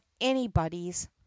anybody's